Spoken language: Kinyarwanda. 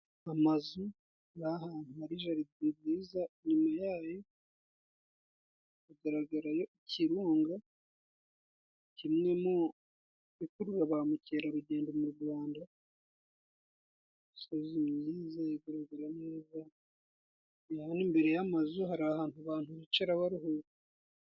Amazu ari ahantu hari jaride nziza. Inyuma yayo hagaragarayo ikirunga kimwe mu bikurura ba mukerarugendo mu Rwanda .Usuzumyeze igaragara neza imbere y'amazu, hari ahantu abantu bicara baruhura.